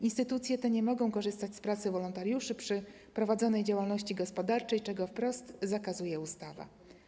Instytucje te nie mogą korzystać z pracy wolontariuszy przy prowadzonej działalności gospodarczej, czego wprost zakazuje ustawa.